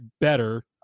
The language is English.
better